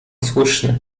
słuszne